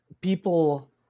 people